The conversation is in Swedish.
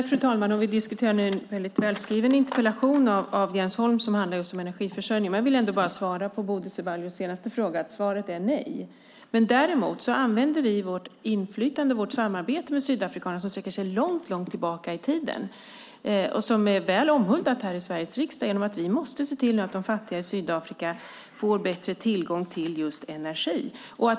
Fru talman! Vi diskuterar nu en mycket välskriven interpellation av Jens Holm som handlar just om energiförsörjning. Men jag vill ändå svara på Bodil Ceballos senaste fråga. Svaret är nej. Däremot använder vi vårt inflytande och vårt samarbete med sydafrikanerna som sträcker sig långt tillbaka i tiden och som är väl omhuldat här i Sveriges riksdag. Vi måste nu se till att de fattiga i Sydafrika får bättre tillgång till just energi.